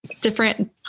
different